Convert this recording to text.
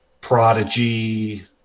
Prodigy